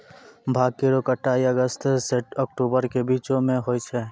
भांग केरो कटाई अगस्त सें अक्टूबर के बीचो म होय छै